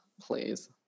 please